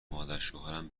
مادرشوهرم